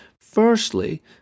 Firstly